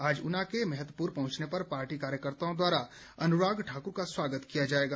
आज ऊना के मेहतपुर पहुंचने पर पार्टी कार्यकर्त्ताओं द्वारा अनुराग ठाकुर का स्वागत किया जाएगा